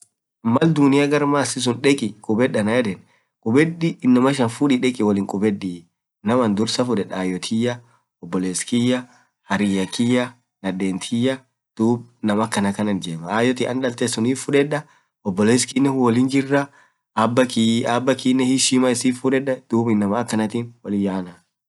maal duunia gar marrsi sun dekii ann yedeen nam dursaa anin fuded ayo tiyaa, harriyya kiyya, nadeen tiyya, oboless kiyya, ayo tiyy anlaltee sunif fudeda oboless kiyy wolinjiraa abaa kiiy hiheshimaa sunif fudeda, duub inamaa akaana suun fudedaa.